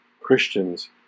Christians